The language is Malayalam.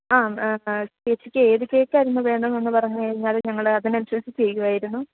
ആ ചേച്ചിക്ക് ഏതു കേക്കായിരുന്നു വേണ്ടതെന്നു പറഞ്ഞുകഴിഞ്ഞാലത് ഞങ്ങള് അതിനനുസരിച്ചു ചെയ്യുമായിരുന്നു